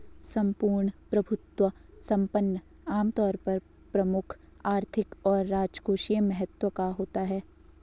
सम्पूर्ण प्रभुत्व संपन्न आमतौर पर प्रमुख आर्थिक और राजकोषीय महत्व का होता है